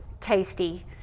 tasty